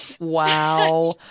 Wow